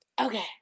Okay